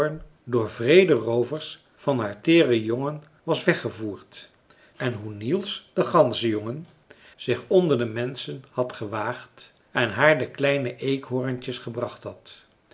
door wreede roovers van haar teere jongen was weggevoerd en hoe niels de ganzenjongen zich onder de menschen had gewaagd en haar de kleine eekhoorntjes gebracht had